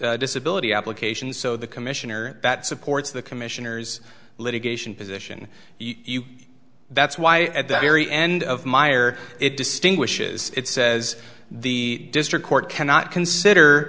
disability application so the commissioner that supports the commissioner's litigation position you that's why at the very end of myer it distinguishes it says the district court cannot consider